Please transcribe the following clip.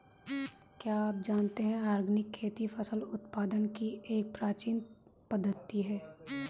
क्या आप जानते है ऑर्गेनिक खेती फसल उत्पादन की एक प्राचीन पद्धति है?